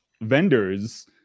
vendors